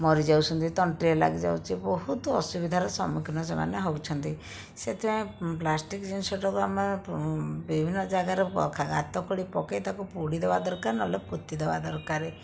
ମରି ଯାଉଛନ୍ତି ତଣ୍ଟିରେ ଲାଗିଯାଉଛି ବହୁତ ଅସୁବିଧାର ସମ୍ମୁଖୀନ ସେମାନେ ହେଉଛନ୍ତି ସେଥିପାଇଁ ପ୍ଲାଷ୍ଟିକ୍ ଜିନିଷଟାକୁ ଆମେ ବିଭିନ୍ନ ଜାଗାରେ ଗାତ ଖୋଳି ପକାଇ ତାକୁ ପୋଡ଼ି ଦେବା ଦରକାର ନହେଲେ ପୋତି ଦେବା ଦରକାର